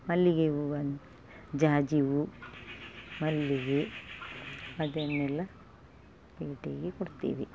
ಮಲ್ಲಿಗೆ ಹೂವು ಜಾಜಿ ಹೂ ಮಲ್ಲಿಗೆ ಅದನ್ನೆಲ್ಲ ಪೇಟೆಗೆ ಕೊಡ್ತೇವೆ